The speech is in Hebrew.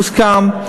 הוסכם.